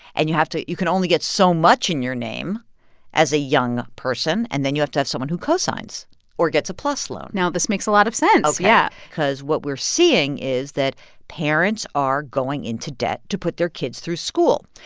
and you have to you can only get so much in your name as a young person, and then you have to have someone who co-signs or gets a plus loan now this makes a lot of sense ok yeah because what we're seeing is that parents are going into debt to put their kids through school.